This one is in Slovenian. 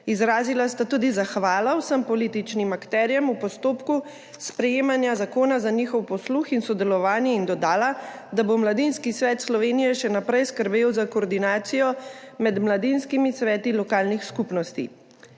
Izrazila sta tudi zahvala vsem političnim akterjem v postopku sprejemanja zakona za njihov posluh in sodelovanje in dodala, da bo Mladinski svet Slovenije še naprej skrbel za koordinacijo med mladinskimi sveti lokalnih skupnosti.